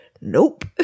nope